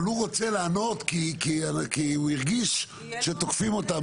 אבל הוא רוצה לענות כי הוא הרגיש שתוקפים אותם.